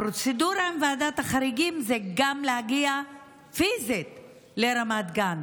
הפרוצדורה בוועדת חריגים היא גם להגיע פיזית לרמת גן.